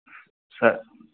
छऽ